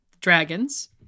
dragons